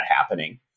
happening